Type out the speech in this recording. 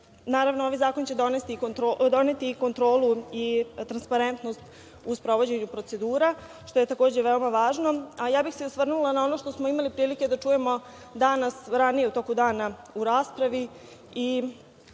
Naravno, ovaj zakon će doneti kontrolu i transparentnost u sprovođenju procedura, što je takođe veoma važno. Ali, ja bih se osvrnula na ono što smo imali prilike da čujemo danas, ranije u toku dana, u raspravi.